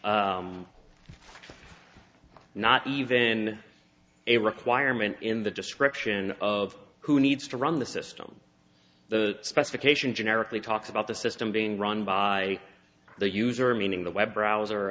not even a requirement in the description of who needs to run the system the specification generically talks about the system being run by the user meaning the web browser